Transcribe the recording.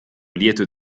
lieto